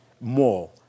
more